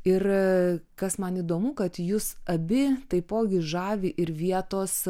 ir kas man įdomu kad jus abi taipogi žavi ir vietos